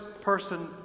person